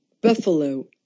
Buffalo